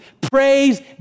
praise